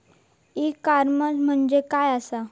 E commerce म्हणजे मझ्या आसा?